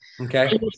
Okay